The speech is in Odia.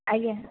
ଆଜ୍ଞା